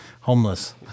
homeless